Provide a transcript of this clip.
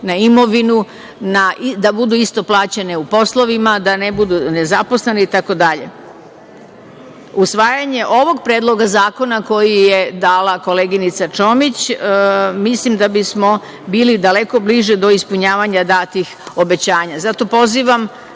na imovinu, i da budu isto plaćene u poslovima, da ne budu nezaposlene itd. Usvajanje ovog predloga zakona koji je dala koleginica Čomić, mislim da bismo bili daleko bliže do ispunjavanja datih obećanja i zato pozivam